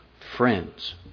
Friends